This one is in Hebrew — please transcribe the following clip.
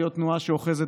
אתה יודע מה, להיות מנומס.